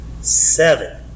seven